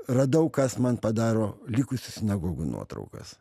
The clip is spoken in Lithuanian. radau kas man padaro likusių sinagogų nuotraukas